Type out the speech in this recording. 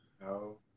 No